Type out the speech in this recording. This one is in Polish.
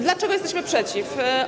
Dlaczego jesteśmy przeciw?